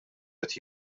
qed